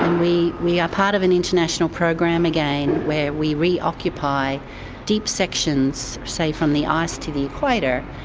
we we are part of an international program again where we reoccupy deep sections say from the ice to the equator,